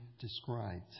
described